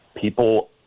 people